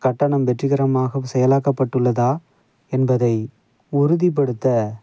கட்டணம் வெற்றிகரமாகச் செயலாக்கப்பட்டுள்ளதா என்பதை உறுதிப்படுத்த